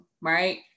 right